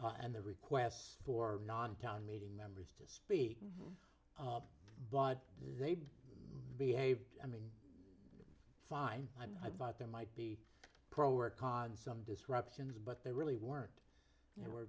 the and the requests for non town meeting members to speak but they behaved i mean fine i thought there might be pro or con some disruptions but there really weren't there were